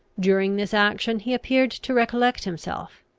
during this action he appeared to recollect himself.